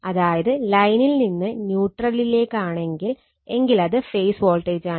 അതായത് ലൈനിൽ നിന്ന് ന്യൂട്രലിലേക്കാണെങ്കിൽ എങ്കിലത് ഫേസ് വോൾട്ടേജാണ്